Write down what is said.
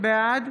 בעד